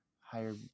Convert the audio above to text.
higher